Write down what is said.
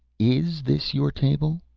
is this your table?